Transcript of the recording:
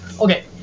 Okay